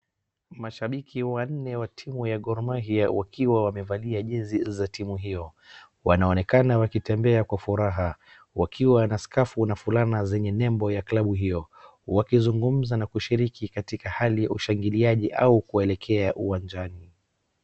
Mashabiki wanne wa timu ya Gor Mahia wakiwa wamevalia jezi za timu hiyo. Wanaonekana wakitembea kwa furaha wakiwa na skafu na fulana zenye nembo ya klabu hiyo. Wakizungumza na kushiriki katika hali ya ushangiliaji au kuelekea uwanjani.